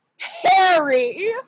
Harry